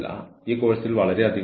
അതിനാൽ പക്ഷപാതങ്ങൾ കടന്നുവരില്ല